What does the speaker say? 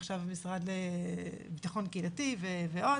המשרד לביטחון קהילתי ועוד